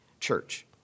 church